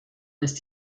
ist